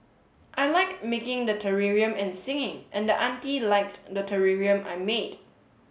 I like making the terrarium and singing and the auntie liked the terrarium I made